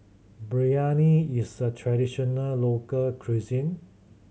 biryani is a traditional local cuisine